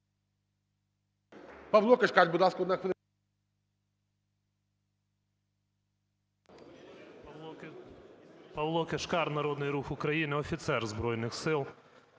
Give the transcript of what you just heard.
Павло Кишкар, "Народний рух України", офіцер Збройних Сил.